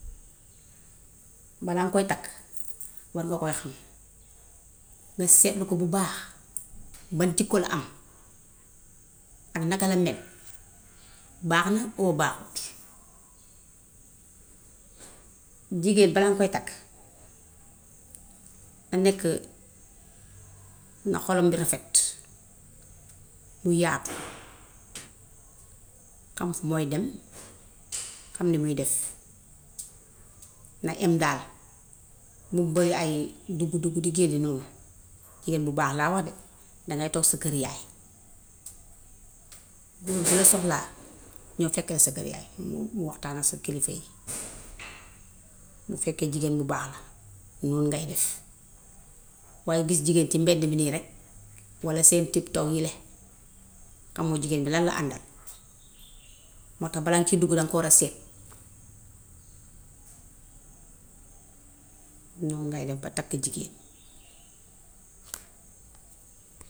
Balaaŋ koy takk war nga koy xam, nga seetlu ko bu baax, ba jikkoom am ak naka la mel. Baax na ou baaxut. Jigéen balaaŋ koy takk. Nëkka na xol bi rafet, mu yaatu xam fi mooy dem, xam li muy def. Na em daal, bum bëri ay duggu dugg duggu di génn noonu. Jigéen bu baax laa wax de. Daŋay took sa kër yaay. góor bu la soxlaa ñów fekk la sa kër yaay mu mu waxtaan ak sa kilifa yi. Bu fekkee jigéen bu baax la noon ngay def. Waaye gis jigéen ci mbedd mi nii rekk walla seen tik-tok yile, xamoo jigéen bi lanla la àndal. Moo tax balaaŋ cee dugg daŋ koo war a seet. Noon ngay def ba takk jigéen.